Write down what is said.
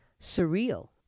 surreal